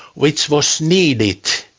which was needed.